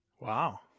Wow